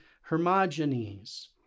Hermogenes